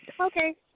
Okay